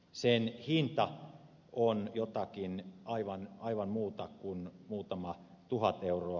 sen hinta on jotakin aivan muuta kuin muutama tuhat euroa